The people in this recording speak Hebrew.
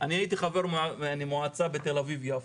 אני הייתי חבר מועצה בעירית תל אביב יפו.